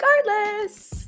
Regardless